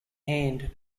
hand